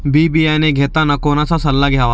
बी बियाणे घेताना कोणाचा सल्ला घ्यावा?